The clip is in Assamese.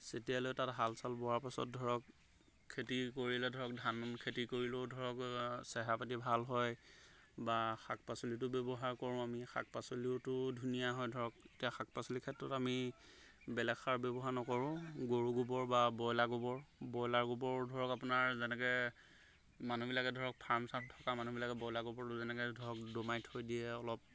চেটিয়াই লৈ তাত হাল চাল বোৱাৰ পিছত ধৰক খেতি কৰিলে ধৰক ধান খেতি কৰিলেও ধৰক চেহেৰা পাতি ভাল হয় বা শাক পাচলিতো ব্যৱহাৰ কৰোঁ আমি শাক পাচলিওটো ধুনীয়া হয় ধৰক এতিয়া শাক পাচলি ক্ষেত্ৰত আমি বেলেগ সাৰ ব্যৱহাৰ নকৰোঁ গৰু গোবৰ বা ব্ৰইলাৰ গোবৰ ব্ৰইলাৰ গোবৰ ধৰক আপোনাৰ যেনেকৈ মানুহবিলাকে ধৰক ফাৰ্ম চাৰ্ম থকা মানুহবিলাকে ব্ৰইলাৰ গোবৰ লৈ আনে ধৰক দমাই থৈ দিয়ে অলপ